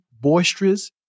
Boisterous